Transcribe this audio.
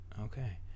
Okay